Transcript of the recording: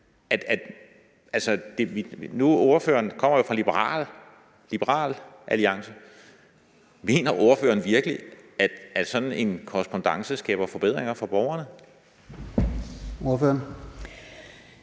kommer jo fra Liberal Alliance, og mener ordføreren virkelig, at sådan en korrespondance skaber forbedringer for borgerne?